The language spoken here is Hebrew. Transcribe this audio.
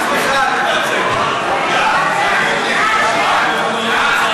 סליחה, אני מתנצל.